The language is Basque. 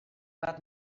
bat